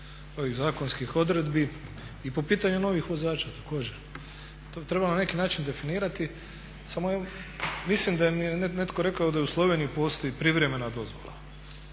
ovih zakonskih odredbi i po pitanju novih vozača također. To bi trebalo na neki način definirati samo mislim da je netko rekao da je u Sloveniji postoji privremena dozvola